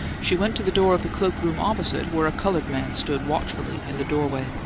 she went to the door of the cloak-room opposite, where a coloured man stood watchfully in the doorway.